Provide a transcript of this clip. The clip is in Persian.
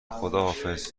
خداحافظ